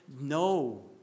No